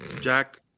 Jack